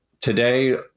today